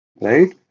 right